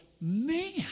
man